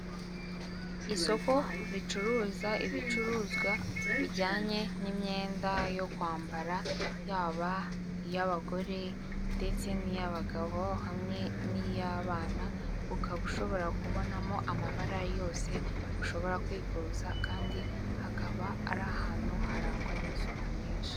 Isoko ricuruza ibicuruzwa bijyanye n'imyenda yo kwambara, yaba iy'abagore ndetse n'iy'abagabo hamwe n'iy'abana, ukaba ushobora kubonamo amabara yose ushobora kwifuza kandi hakaba ari ahantu harangwa n'isuku nyinshi.